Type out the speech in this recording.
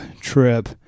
trip